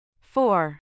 Four